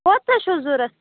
کوتاہ چھُ ضوٚرَتھ